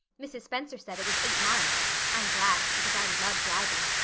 mrs. spencer said it was eight miles. i'm glad because i love driving.